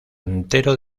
entero